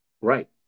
Right